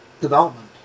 development